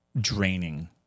draining